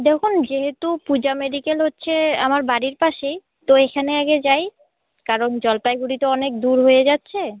দেখুন যেহেতু পূজা মেডিকেল হচ্ছে আমার বাড়ির পাশেই তো এখানে আগে যাই কারণ জলপাইগুড়ি তো অনেক দূর হয়ে যাচ্ছে